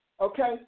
okay